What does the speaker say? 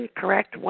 correct